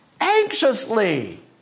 anxiously